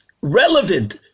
relevant